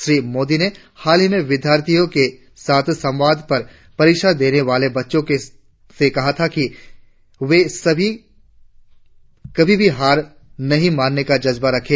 श्री मोदी ने हाल में विद्यार्थियों के साथ संवाद में परीक्षा देने वाले बच्चों से कहा था कि वे कभी भी हार नहीं मानने का जज्बा रखे